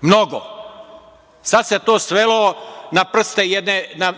Mnogo. Sad se to svelo